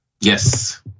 Yes